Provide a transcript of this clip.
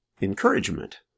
encouragement